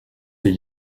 vier